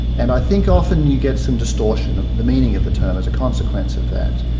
and i think often you get some distortion of the meaning of the term as a consequence of that.